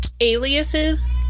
aliases